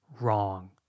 wrong